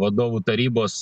vadovų tarybos